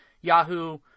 Yahoo